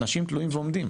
אנשים תלויים ועומדים.